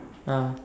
ah